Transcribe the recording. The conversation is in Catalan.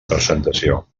presentació